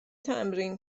تمرین